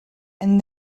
and